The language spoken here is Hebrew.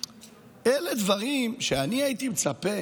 אלה דברים שאני הייתי מצפה